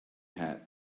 hat